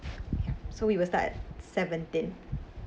so we will start at seventeen